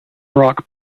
rock